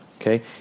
Okay